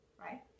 right